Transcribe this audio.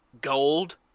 gold